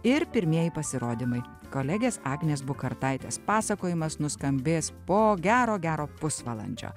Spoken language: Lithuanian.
ir pirmieji pasirodymai kolegės agnės bukartaitės pasakojimas nuskambės po gero gero pusvalandžio